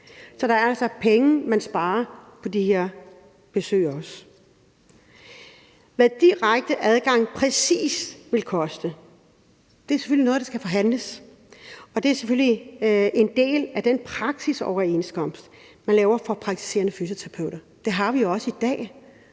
Så der er også penge at spare på det her. Hvad direkte adgang præcis vil koste, er selvfølgelig noget, der skal forhandles, og det er selvfølgelig en del af den praksisoverenskomst, man laver for praktiserende fysioterapeuter. Det har vi også i dag,